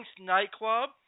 nightclub